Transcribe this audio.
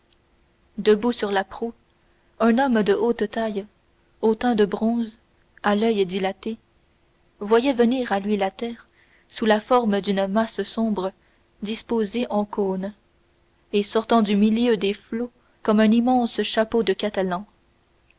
debout sur la proue un homme de haute taille au teint de bronze à l'oeil dilaté voyait venir à lui la terre sous la forme d'une masse sombre disposée en cône et sortant du milieu des flots comme un immense chapeau de catalan